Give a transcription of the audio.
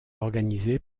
organisé